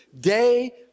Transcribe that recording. day